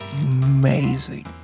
amazing